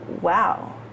wow